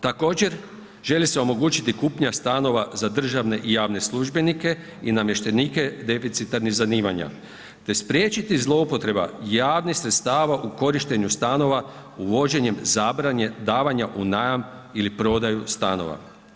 Također želi se omogućiti kupnja stanova za državne i javne službenike i namještenike deficitarnih zanimanja te spriječiti zloupotreba javnih sredstava u korištenju stanova uvođenjem zabrane davanja u najam ili prodaju stanova.